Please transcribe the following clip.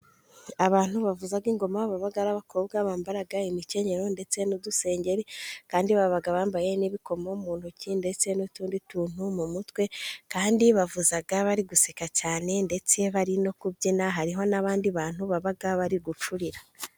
Abantu bavuza ingoma baba ari abakobwa bambara imikenyero ndetse n' udusengeri kandi baba, bambaye n' ibikomo mu ntoki ndetse n' utundi tuntu mu mutwe, kandi bavuza bari guseka cyane, ndetse bari no kubyina hariho n' abandi bantu baba bari gucurira.